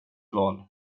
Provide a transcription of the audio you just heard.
val